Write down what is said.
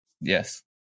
Yes